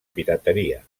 pirateria